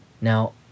Now